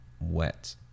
wet